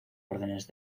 órdenes